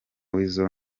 weasel